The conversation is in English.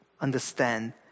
understand